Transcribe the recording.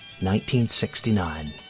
1969